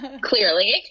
Clearly